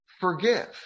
forgive